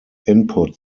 input